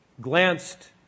glanced